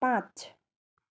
पाँच